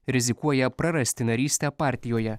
rizikuoja prarasti narystę partijoje